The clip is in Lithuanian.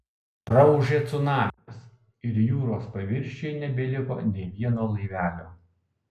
praūžė cunamis ir jūros paviršiuje nebeliko nė vieno laivelio